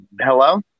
hello